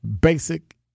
basic